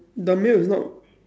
the meal is not